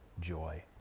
joy